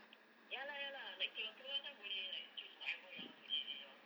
ya lah ya lah like kalau keluar kan boleh like choose whatever I want to eat you know